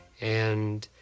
and